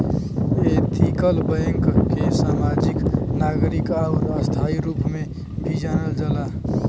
ethical bank के समाजिक, नागरिक आउर स्थायी रूप में भी जानल जाला